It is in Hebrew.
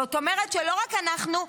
זאת אומרת שלא רק אנחנו,